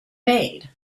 made